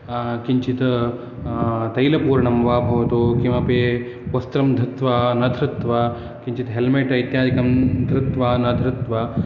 किंचित् तैलपूर्णम् वा भवतु किमपि वस्त्रं धृत्वा न धृत्वा किंचित् हेल्मेट् इत्यादिकं धृत्वा न धृत्वा